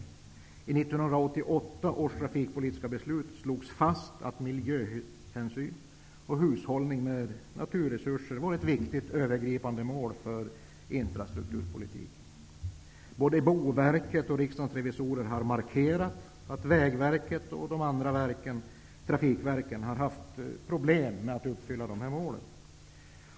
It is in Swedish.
I 1988 års trafikpolitiska beslut slogs fast att miljöhänsyn och hushållning med naturresurser var viktiga övergripande mål för infrastrukturpolitiken. Både Boverkets och riksdagens revisorer har markerat att Vägverket och de andra trafikverken har haft problem med att uppfylla dessa mål.